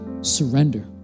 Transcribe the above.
surrender